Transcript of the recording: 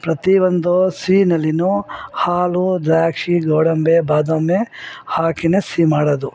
ಪ್ರತಿ ಒಂದು ಸಿಹಿನಲ್ಲಿ ಹಾಲು ದ್ರಾಕ್ಷಿ ಗೋಡಂಬಿ ಬಾದಾಮಿ ಹಾಕಿನೇ ಸಿಹಿ ಮಾಡೋದು